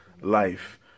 life